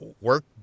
work